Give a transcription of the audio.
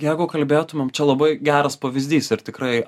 jeigu kalbėtumėm čia labai geras pavyzdys ir tikrai